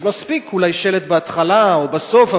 אז מספיק אולי שלט בהתחלה או בסוף,